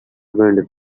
wind